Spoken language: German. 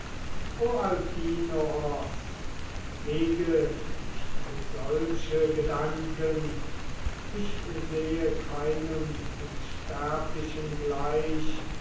hege nicht solche gedanken ich sehe keinem unsterblichen gleich